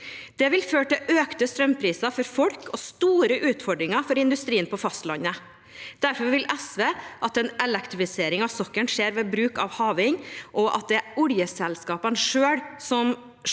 Det vil føre til økte strømpriser for folk og store utfordringer for industrien på fastlandet. Derfor vil SV at en elektrifisering av sokkelen skjer ved bruk av havvind, og at det er oljeselskapene selv